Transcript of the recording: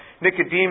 Nicodemus